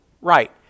right